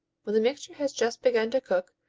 when the mixture has just begun to cook,